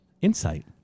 insight